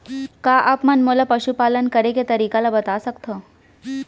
का आप मन मोला पशुपालन करे के तरीका ल बता सकथव?